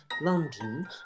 London